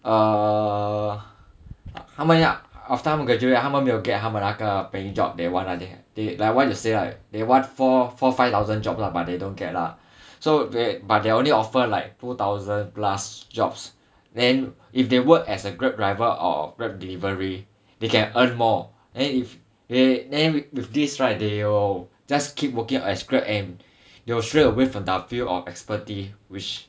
err 他们要 after 他们 graduate 他们没有 get 那个 paying job they want they like what you say they want four four five thousand job lah but they don't get lah so they so but they are only offer like two thousand plus jobs then if they work as a Grab driver or a Grab delivery they can earn more then then with this right they will just keep working as Grab and they will stray away from their field of expertise